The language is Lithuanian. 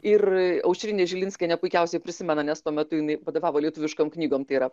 ir aušrinė žilinskienė puikiausiai prisimena nes tuo metu jinai vadovavo lietuviškom knygom tai yra